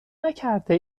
نکرده